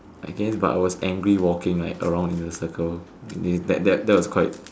I guess but I was angry walking like around in a circle that was quite